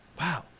Wow